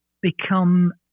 become